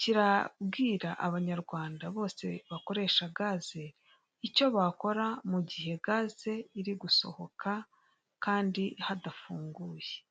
kirabwira abanyarwanda bose bakoresha gaze, icyo bakora mu gihe gaze iri gusohoka kandi hadafunguye.